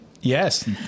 Yes